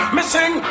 Missing